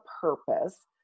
purpose